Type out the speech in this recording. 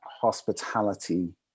hospitality